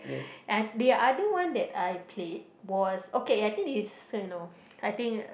I the other one that I played was okay I think it's this is you know I think ah